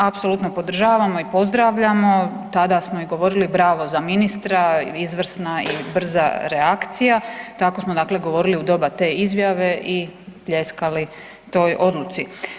Apsolutno podržavamo i pozdravljamo, tada smo i govorili „bravo za ministra, izvrsna i brza reakcija“, tako smo dakle govorili u doba te izjave i pljeskali toj odluci.